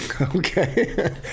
Okay